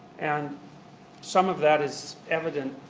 and some of that is evident